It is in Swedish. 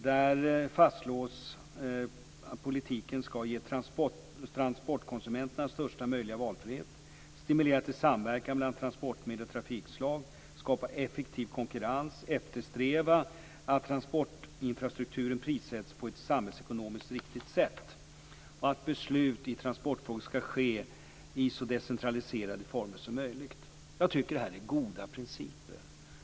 Där fastslås att politiken skall ge transportkonsumenterna största möjliga valfrihet, stimulera till samverkan mellan transportmedel och trafikslag, skapa effektiv konkurrens, eftersträva att transportinfrastrukturen prissätts på ett samhällsekonomiskt riktigt sätt och att beslut i transportfrågor skall ske i så decentraliserade former som möjligt. Jag tycker att detta är goda principer.